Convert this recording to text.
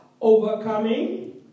Overcoming